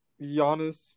Giannis